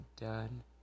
done